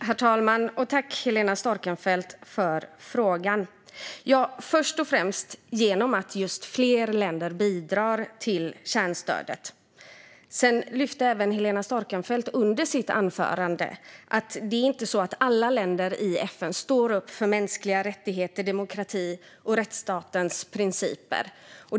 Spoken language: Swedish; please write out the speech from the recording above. Herr talman! Tack, Helena Storckenfeldt, för frågan! Svaret är: Först och främst genom att just fler länder bidrar till kärnstödet. Helena Storckenfeldt lyfte i sitt anförande att det inte är så att alla länder i FN står upp för mänskliga rättigheter, demokrati och rättsstatens principer.